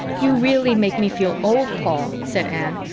you really make me feel old, paul, said anne.